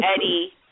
Eddie